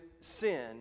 sin